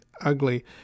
ugly